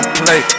play